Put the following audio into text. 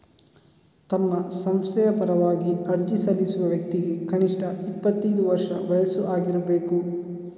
ತಮ್ಮ ಸಂಸ್ಥೆಯ ಪರವಾಗಿ ಅರ್ಜಿ ಸಲ್ಲಿಸುವ ವ್ಯಕ್ತಿಗೆ ಕನಿಷ್ಠ ಇಪ್ಪತ್ತೈದು ವರ್ಷ ವಯಸ್ಸು ಆಗಿರ್ಬೇಕು